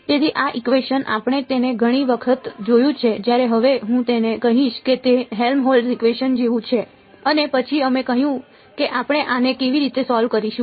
તેથી આ ઇકવેશન આપણે તેને ઘણી વખત જોયું છે જ્યારે હવે હું તેને કહીશ કે તે હેલ્મહોલ્ટ્ઝ ઇકવેશન જેવું છે અને પછી અમે કહ્યું કે આપણે આને કેવી રીતે સોલ્વ કરીશું